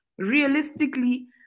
realistically